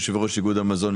יושב-ראש איגוד המזון,